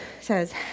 says